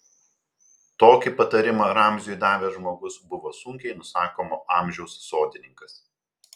tokį patarimą ramziui davęs žmogus buvo sunkiai nusakomo amžiaus sodininkas